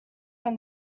from